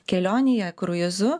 kelionėje kruizu